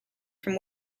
from